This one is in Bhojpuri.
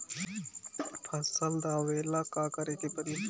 फसल दावेला का करे के परी?